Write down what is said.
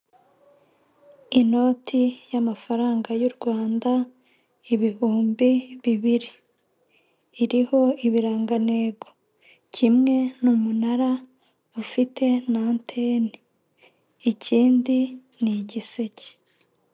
Inoti y'amafaranga y'u Rwanda ibihumbi bibiri, iriho ibirangantego kimwe ni umunara ufite na antene ikindi ni igiseke.